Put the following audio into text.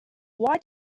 why